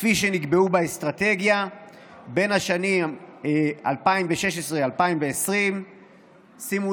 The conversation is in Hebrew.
כפי שנקבעו באסטרטגיה בשנים 2016 2020. שימו